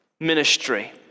Ministry